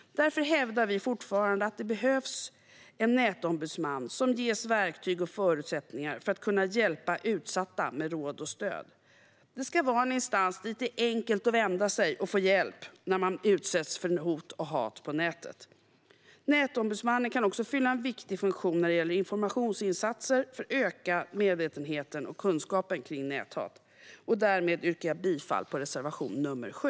Därför hävdar vi fortfarande att det behövs en nätombudsman som ges verktyg och förutsättningar för att kunna hjälpa utsatta med råd och stöd. Det ska vara en instans dit det är enkelt att vända sig och få hjälp när man utsätts för hot och hat på nätet. Nätombudsmannen kan också fylla en viktig funktion när det gäller informationsinsatser för att öka medvetenheten och kunskapen om näthat. Därmed yrkar jag bifall till reservation nr 7.